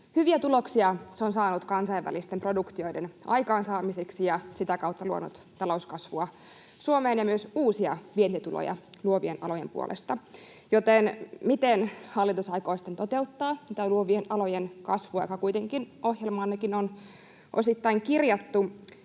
hyviä tuloksia se on saanut kansainvälisten produktioiden aikaansaamiseksi ja sitä kautta luonut talouskasvua Suomeen ja myös uusia vientituloja luovien alojen puolesta, joten: miten hallitus aikoo sitten toteuttaa tätä luovien alojen kasvua, joka kuitenkin ohjelmaannekin on ainakin osittain kirjattu?